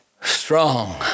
strong